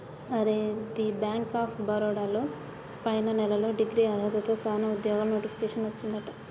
అరే the bank of Baroda లో పైన నెలలో డిగ్రీ అర్హతతో సానా ఉద్యోగాలు నోటిఫికేషన్ వచ్చిందట